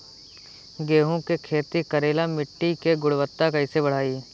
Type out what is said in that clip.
गेहूं के खेती करेला मिट्टी के गुणवत्ता कैसे बढ़ाई?